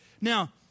Now